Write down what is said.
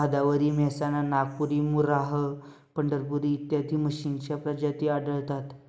भदावरी, मेहसाणा, नागपुरी, मुर्राह, पंढरपुरी इत्यादी म्हशींच्या प्रजाती आढळतात